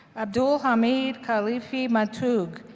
abdulhamid khalifa matoug,